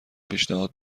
پیشنهاد